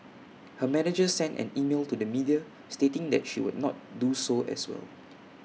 her manager sent an email to the media stating that she would not do so as well